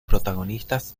protagonistas